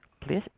please